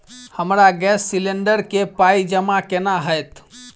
हमरा gas cylinder केँ पाई जमा केना हएत?